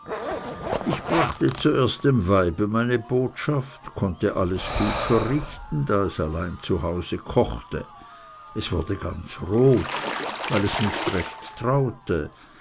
ich brachte zuerst dem weibe meine botschaft konnte alles gut verrichten da es allein zu hause kochte es wurde ganz rot weil es nicht recht traute